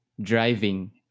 driving